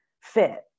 fit